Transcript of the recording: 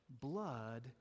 blood